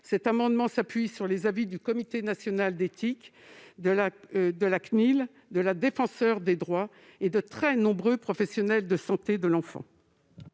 Cet amendement s'appuie sur les avis du Comité consultatif national d'éthique, de la CNIL, de la Défenseure des droits et de très nombreux professionnels de santé de l'enfant.